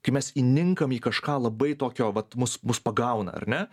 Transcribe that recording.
kai mes įninkam į kažką labai tokio vat mus mus pagauna ar ne